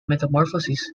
metamorphosis